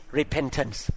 repentance